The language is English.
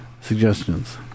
suggestions